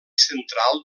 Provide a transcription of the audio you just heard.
central